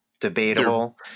Debatable